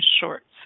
shorts